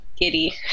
giddy